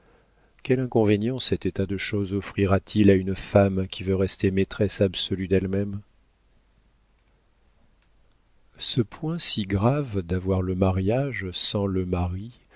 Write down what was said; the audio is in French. quel inconvénient cet état de choses offrira t il à une femme qui veut rester maîtresse absolue d'elle-même ce point si grave d'avoir le mariage sans le mari